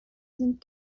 sind